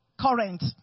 current